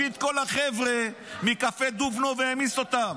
הוא הביא את כל החבר'ה מקפה דובנוב, העמיס אותם,